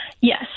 Yes